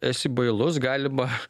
esi bailus galima